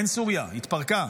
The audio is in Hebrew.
אין סוריה, התפרקה.